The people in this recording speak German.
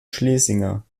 schlesinger